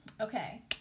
Okay